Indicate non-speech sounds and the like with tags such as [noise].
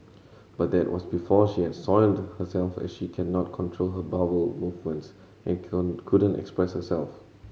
but that was before she had soiled herself as she cannot control her [unintelligible] movements and [unintelligible] couldn't express herself